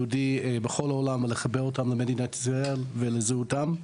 היהודי בכל העולם ולחבר אותם למדינת ישראל ולזהותם.